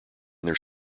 their